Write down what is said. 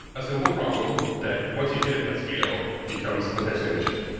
a simple problem that once you hit it at scale, becomes potentially an issue.